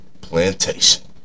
plantation